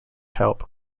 help